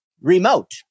remote